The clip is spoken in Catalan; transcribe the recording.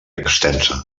extensa